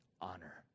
honor